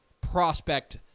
prospect